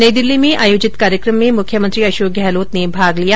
नई दिल्ली में आयोजित कार्यक्रम में मुख्यमंत्री अशोक गहलोत ने भाग लिया